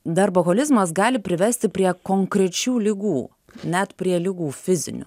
darboholizmas gali privesti prie konkrečių ligų net prie ligų fizinių